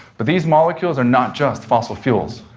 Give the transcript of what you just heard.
but these molecules are not just fossil fuels.